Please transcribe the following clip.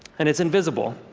and it's invisible,